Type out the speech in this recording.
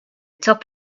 top